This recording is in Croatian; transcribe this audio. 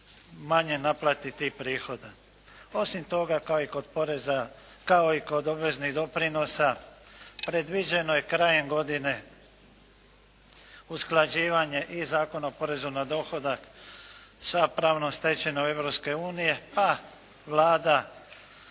manjoj naplati tih prihoda. Osim toga, kao i kod poreza, kao i kod obveznih doprinosa predviđeno je krajem godine usklađivanje i Zakona o porezu na dohodak sa pravnom stečevinom Europske